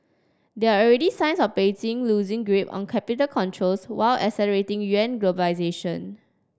there are already signs of Beijing loosing grip on capital controls while accelerating yuan globalisation